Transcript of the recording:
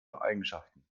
eigenschaften